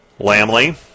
Lamley